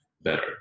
better